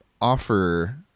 offer